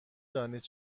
دانید